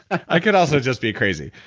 i could also just be crazy,